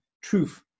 Truth